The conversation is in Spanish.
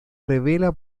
revela